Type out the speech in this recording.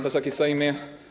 Wysoki Sejmie!